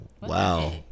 wow